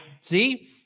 See